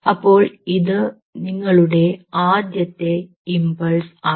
അപ്പോൾ ഇത് നിങ്ങളുടെ ആദ്യത്തെ ഇംപൾസ് ആണ്